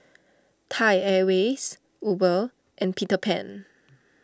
Thai Airways Uber and Peter Pan